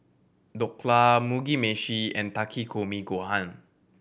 Dhokla Mugi Meshi and Takikomi Gohan